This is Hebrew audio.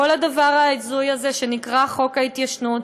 בכל הדבר ההזוי הזה שנקרא חוק ההתיישנות,